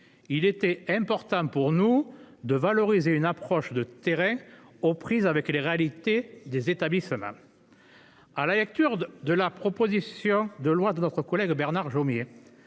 Il était important pour nous de valoriser une approche de terrain aux prises avec les réalités des établissements. Après lecture de la proposition de loi de notre collègue Bernard Jomier,